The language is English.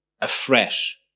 afresh